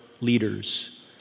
leaders